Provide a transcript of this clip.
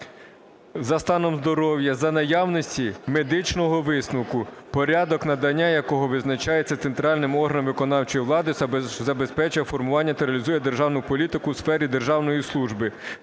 за станом здоров'я за наявності медичного висновку, порядок надання якого визначається центральним органом виконавчої влади, що забезпечує формування та реалізує державну політику у сфері державної служби.